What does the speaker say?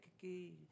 kiki